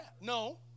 No